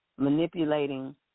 Manipulating